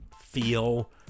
feel